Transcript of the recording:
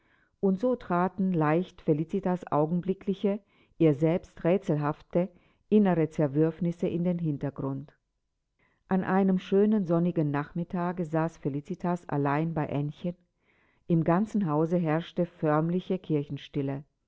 und so traten leicht felicitas augenblickliche ihr selbst rätselhafte innere zerwürfnisse in den hintergrund an einem schönen sonnigen nachmittage saß felicitas allein bei aennchen im ganzen hause herrschte förmliche